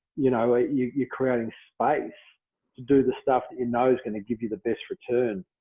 you know, you're creating space to do the stuff in those going to give you the best return.